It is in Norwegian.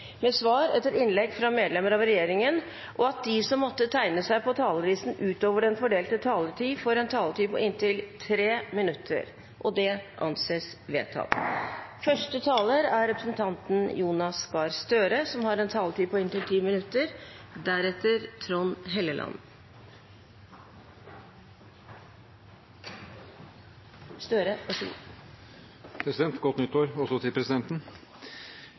med svar etter innlegg fra medlem av regjeringen innenfor den fordelte taletid, og at de som måtte tegne seg på talerlisten utover den fordelte taletid, får en taletid på inntil 3 minutter. – Det anses vedtatt. Godt nytt år – også til presidenten!